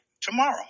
tomorrow